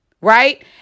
Right